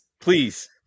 please